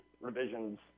revisions